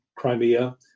Crimea